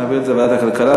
נעביר את זה לוועדת הכלכלה.